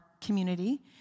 community